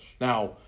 Now